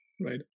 right